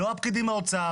לא הפקידים באוצר.